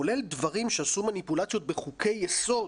כולל דברים שעשו מניפולציות בחוקי יסוד,